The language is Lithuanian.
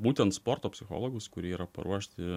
būtent sporto psichologus kurie yra paruošti